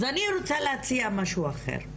אז אני רוצה להציע משהו אחר.